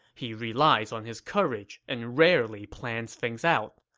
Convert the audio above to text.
he relies on his courage and rarely plans things out.